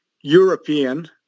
European